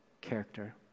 character